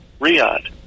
Riyadh